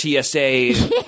TSA